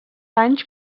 anys